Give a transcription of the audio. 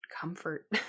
comfort